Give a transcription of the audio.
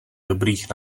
dobrých